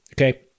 okay